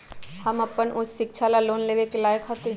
हम अपन उच्च शिक्षा ला लोन लेवे के लायक हती?